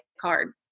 card